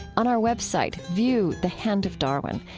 on our web site, view the hand of darwin,